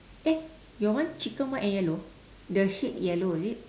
eh your one chicken white and yellow the head yellow is it